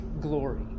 glory